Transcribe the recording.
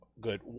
Good